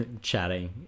chatting